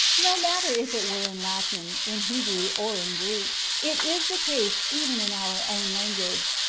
no matter if it were in latin, in hebrew, or in greek it is the case even in our own language.